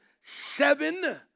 seven